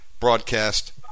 broadcast